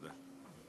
תודה.